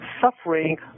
suffering